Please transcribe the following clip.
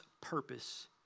purpose